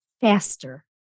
faster